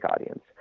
audience